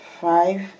five